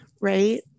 right